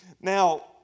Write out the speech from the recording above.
Now